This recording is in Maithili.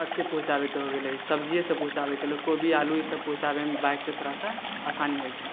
अथी पहुँचाबैके हो गेलै सब्जीये सब पहुँचाबैके कोबी आलू ई सब पहुँचाबैमे थोड़ा सा आसानी होइ छै